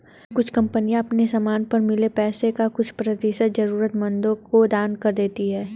कुछ कंपनियां अपने समान पर मिले पैसे का कुछ प्रतिशत जरूरतमंदों को दान कर देती हैं